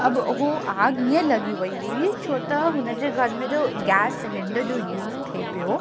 अब उहो आग ईअं लॻी वेई हुई छो त हुनजे घर में जो गैस सिलैंडर जो यूस थिए पियो